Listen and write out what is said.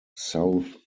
south